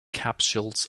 capsules